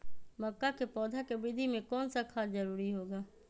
मक्का के पौधा के वृद्धि में कौन सा खाद जरूरी होगा?